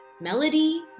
melody